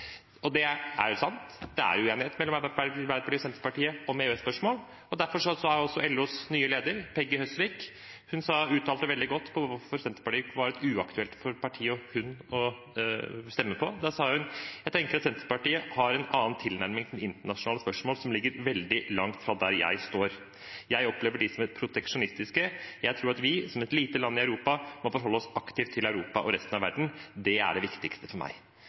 Og det er sant: Det er uenighet mellom Arbeiderpartiet og Senterpartiet om EØS-spørsmål, og derfor har også LOs nye leder, Peggy Følsvik, uttalt seg veldig godt om hvorfor Senterpartiet er et uaktuelt parti for henne å stemme på. Da sa hun: «Jeg tenker for det første at Sp har en tilnærming til internasjonale spørsmål som ligger veldig langt fra meg. Jeg opplever de som proteksjonistiske. Jeg tror vi, som et lite land i Europa, må forholde oss aktivt til både Europa og resten av verden. Det er kanskje det viktigste for meg.»